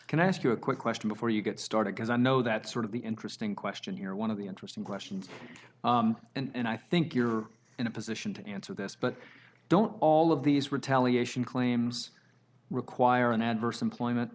i ask you a quick question before you get started because i know that sort of the interesting question here one of the interesting questions and i think you're in a position to answer this but don't all of these retaliation claims require an adverse employment